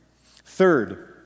Third